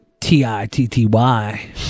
T-I-T-T-Y